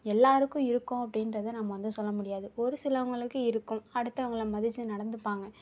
எல்லோருக்கும் இருக்கும் அப்படின்றத நம்ப வந்து சொல்ல முடியாது ஒரு சிலவங்களுக்கு இருக்கும் அடுத்தவங்களை மதித்து நடந்துப்பாங்க